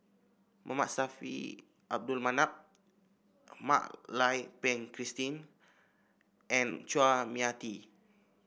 Saffri Manaf Mak Lai Peng Christine and Chua Mia Tee